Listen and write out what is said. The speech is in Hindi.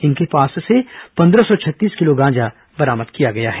इनके पास से पंद्रह सौ छत्तीस किलो गांजा बरामद किया गया है